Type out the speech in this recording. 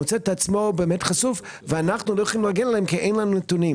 מוצא את עצמו באמת חשוף ואנחנו לא יכולים להגן עליהם כי אין לנו נתונים.